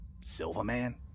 Silverman